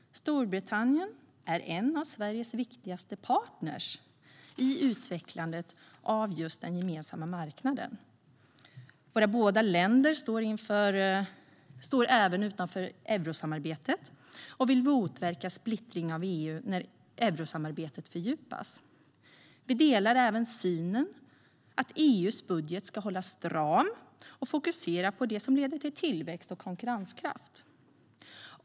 Storbritannien är en av Sveriges viktigaste partner i utvecklandet av just den gemensamma marknaden. Våra båda länder står utanför eurosamarbetet och vill motverka splittring av EU när eurosamarbetet fördjupas. Vi delar även synen på att EU:s budget ska hållas stram och fokusera på det som leder till tillväxt och konkurrenskraft.